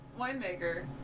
Winemaker